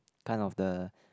kind of the